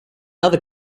other